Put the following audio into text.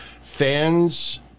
fans